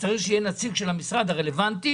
וצריך שיהיה נציג של המשרד הרלוונטי